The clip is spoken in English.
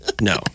No